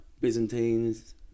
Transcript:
Byzantines